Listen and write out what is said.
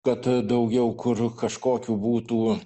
kad daugiau kur kažkokių būtų